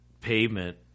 Pavement